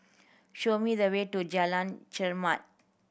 show me the way to Jalan Chermat